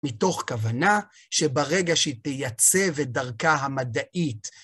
מתוך כוונה שברגע שהיא תייצב את דרכה המדעית